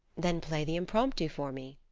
then play the impromptu for me.